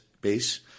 base